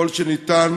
ככל שניתן,